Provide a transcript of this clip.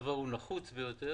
הדבר הוא נחוץ ביותר,